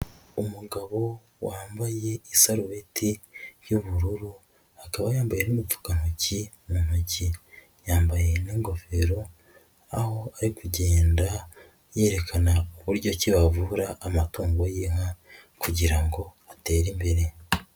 Umugabo wambaye isarubeti y'ubururu akaba yambaye n'udupfukantoki mu ntoki. Yambaye n'ingofero aho ari kugenda yerekana uburyoki bavura amatungo y'inka, kugira ngo batere imbere.